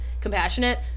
compassionate